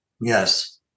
Yes